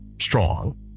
strong